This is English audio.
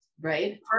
Right